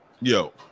Yo